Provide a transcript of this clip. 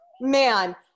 Man